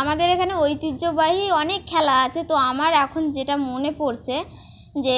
আমাদের এখানে ঐতিহ্যবাহী অনেক খেলা আছে তো আমার এখন যেটা মনে পড়ছে যে